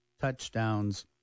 touchdowns